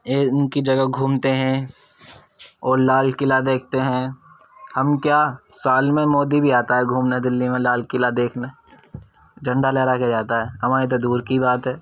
اے ان کی جگہ گھومتے ہیں اور لال قلعہ دیکھتے ہیں ہم کیا سال میں مودی بھی آتا ہے گھومنے دلّی میں لال قلعہ دیکھنے جھنڈا لہرا کے جاتا ہے ہماری تو دور کی بات ہے